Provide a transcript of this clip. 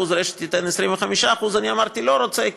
והרשת תיתן 25%. אני אמרתי: לא רוצה,